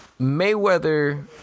Mayweather